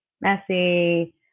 messy